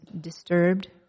disturbed